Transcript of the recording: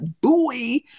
boy